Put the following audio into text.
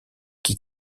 qui